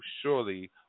surely